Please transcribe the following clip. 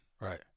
right